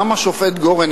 גם השופט גורן,